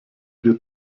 dir